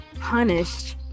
punished